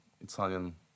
italian